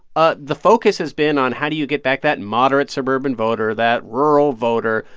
ah the focus has been on how do you get back that moderate, suburban voter, that rural voter?